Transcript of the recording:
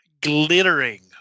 glittering